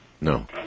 No